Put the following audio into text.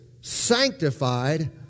sanctified